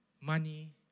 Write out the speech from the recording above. money